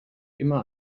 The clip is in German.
immer